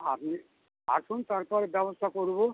আপনি আসুন তারপরে ব্যবস্থা করবো